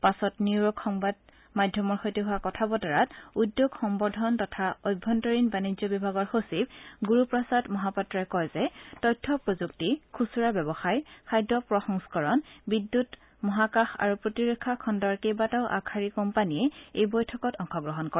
পাছত নিউৰ্য়ক সংবাদ মাধ্যমৰ সৈতে হোৱা কথাবতৰাত উদ্যোগ সম্বৰ্ধন তথা অভ্যন্তৰীণ বাণিজ্য বিভাগৰ সচিব গুৰু প্ৰসাদ মহাপাত্ৰই কয় যে তথ্য প্ৰযুক্তি খুচুৰা ব্যৱসায় খাদ্য প্ৰসংস্কৰণ বিদ্যুৎমহাকাশ আৰু প্ৰতিৰক্ষা খণ্ডৰ কেইবাটাও আগশাৰীৰ কোম্পানীয়ে এই বৈঠকত অংশগ্ৰহণ কৰে